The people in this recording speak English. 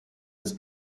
its